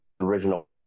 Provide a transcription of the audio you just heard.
original